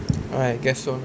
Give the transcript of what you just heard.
right I guess so lah